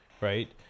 right